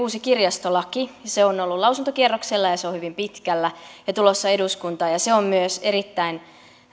uusi kirjastolaki se on ollut lausuntokierroksella ja se on hyvin pitkällä ja tulossa eduskuntaan ja ja se on myös erittäin